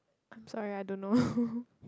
I'm sorry I don't know